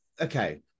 Okay